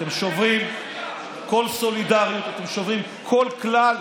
אתם שוברים כל סולידריות, אתם שוברים כל כלל